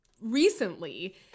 recently